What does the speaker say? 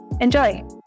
enjoy